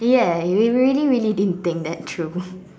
ya you really really didn't think that through